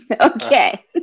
Okay